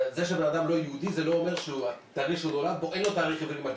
זה שבן אדם לא יהודי זה לא אומר שאין לו תאריך עברי מקביל.